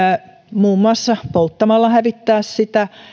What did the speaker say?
muun muassa polttamalla hävittää sitä